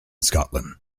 scotland